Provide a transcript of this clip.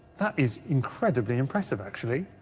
that is incredibly impressive, actually.